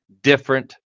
different